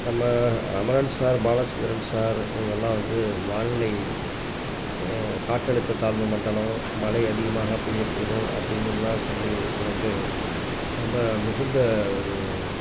நம்ம Ramanan sir Balachandran sir இவங்கள்லாம் வந்து வானிலை காற்றழுத்த தாழ்வு மண்டலம் மழை அதிகமாக பெய்யக்கூடும் அப்படிங்கன்லாம் சொல்லி இது பண்ணிவிட்டு ரொம்ப மிகுந்த ஒரு